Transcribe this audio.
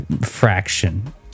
fraction